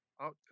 outcome